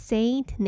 Saint